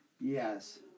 Yes